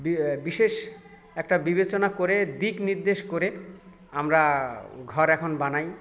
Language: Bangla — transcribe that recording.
বি বিশেষ একটা বিবেচনা করে দিকনির্দেশ করে আমরা ঘর এখন বানাই